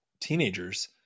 teenagers